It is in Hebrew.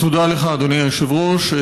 תודה לך, אדוני היושב-ראש.